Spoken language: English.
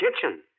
kitchen